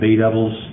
B-doubles